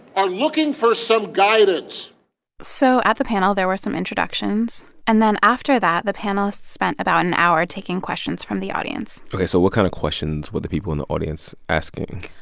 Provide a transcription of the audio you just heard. are looking for some guidance so at the panel, there were some introductions. and then after that, the panelists spent about an hour taking questions from the audience ok. so what kind of questions were the people in the audience asking?